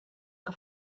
que